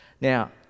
Now